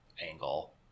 angle